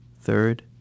Third